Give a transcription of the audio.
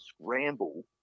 scramble